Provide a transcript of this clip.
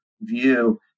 view